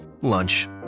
lunch